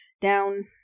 down